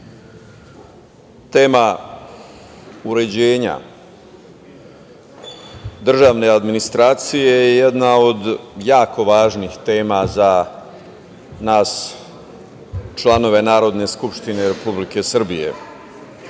tema uređenja državne administracije je jedna od jako važnih tema za nas članove Narodne skupštine Republike Srbije.